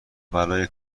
برای